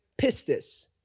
pistis